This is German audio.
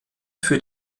für